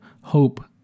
hope